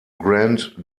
grant